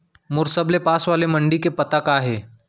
मोर सबले पास वाले मण्डी के पता का हे?